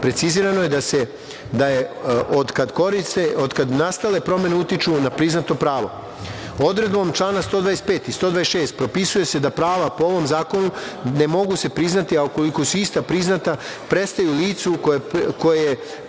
Precizirano je da otkad nastale promene utiču na priznato pravo. Odredbom člana 125. i 126. propisuje se da prava po ovom zakonu ne mogu se priznati, a ukoliko su ista priznata prestaju licu koje